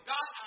God